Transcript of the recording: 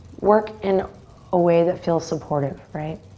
work in a way that feels supportive, right.